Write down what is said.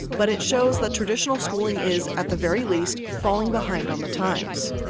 but it shows that traditional schooling is at the very least falling behind on the times.